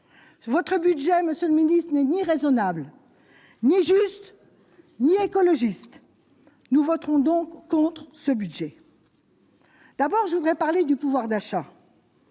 votre budget, monsieur le Ministre, n'est ni raisonnable ni juste ni écologiste nous voterons donc contre ce budget. D'abord je voudrais parler du pouvoir d'achat.